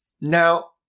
Now